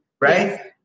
right